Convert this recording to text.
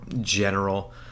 general